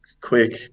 quick